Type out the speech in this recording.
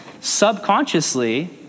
subconsciously